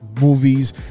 movies